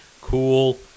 cool